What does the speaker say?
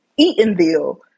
Eatonville